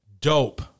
dope